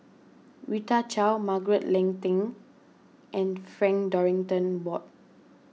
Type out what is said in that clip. Rita Chao Margaret Leng Tan and Frank Dorrington Ward